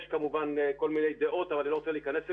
יש כמובן כל מיני דעות אבל אני לא רוצה להיכנס אליהן.